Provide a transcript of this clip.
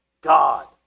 God